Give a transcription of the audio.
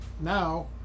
now